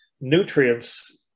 nutrients